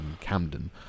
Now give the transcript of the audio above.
Camden